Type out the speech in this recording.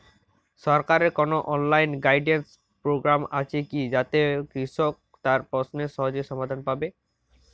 সরকারের কোনো online guidance programme আছে কি যাতে কৃষক তার প্রশ্নের সহজ সমাধান পাবে?